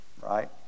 right